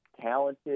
talented